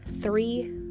three